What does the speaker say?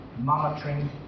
monitoring